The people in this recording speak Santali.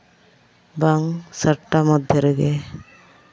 ᱵᱟᱝ ᱥᱟᱛᱴᱟ ᱢᱚᱫᱽᱫᱷᱮ ᱨᱮᱜᱮ